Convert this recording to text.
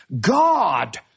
God